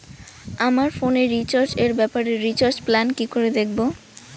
আমার ফোনে রিচার্জ এর ব্যাপারে রিচার্জ প্ল্যান কি করে দেখবো?